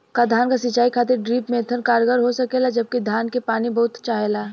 का धान क सिंचाई खातिर ड्रिप मेथड कारगर हो सकेला जबकि धान के पानी बहुत चाहेला?